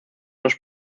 los